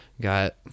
Got